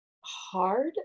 hard